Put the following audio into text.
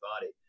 body